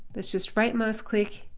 let's just right mouse click,